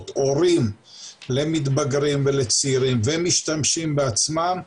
הורים למתבגרים ולצעירים ומשתמשים בעצמם,